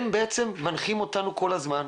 הם בעצם מנחים אותנו כל הזמן,